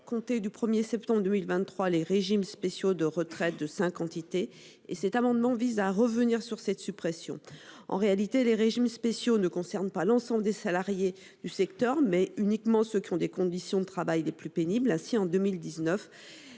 compter du 1 septembre 2023, les régimes spéciaux de retraites de cinq entités. Cet amendement vise à revenir sur cette suppression. En réalité, les régimes spéciaux concernent non pas l'ensemble des salariés des secteurs concernés, mais uniquement ceux qui ont les conditions de travail les plus pénibles. Ainsi, en 2019,